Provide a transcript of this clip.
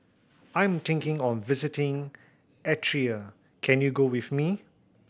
I'm thinking of visiting Eritrea can you go with me